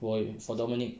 我有 for domonic